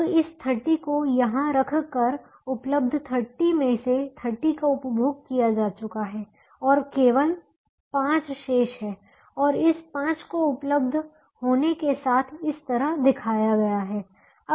अब इस 30 को यहाँ रख कर उपलब्ध 35 में से 30 का उपभोग किया जा चुका है और केवल 5 शेष है और इस 5 को उपलब्ध होने के साथ इस तरह दिखाया गया है